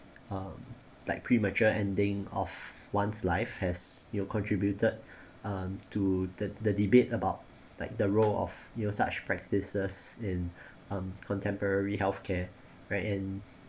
um like premature ending of one's life has your contributed um to the the debate about like the role of you know such practices in um contemporary health care right and